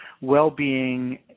well-being